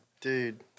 Dude